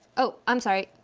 oh, i'm sorry,